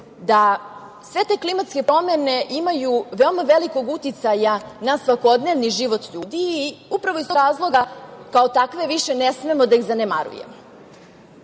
da sve te klimatske promene imaju veoma velikog uticaja na svakodnevni život ljudi. Upravo iz tog razloga, kao takve, više ne smemo da ih zanemarujemo.